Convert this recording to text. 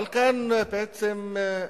אבל כאן, בעצם,